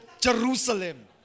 Jerusalem